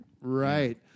Right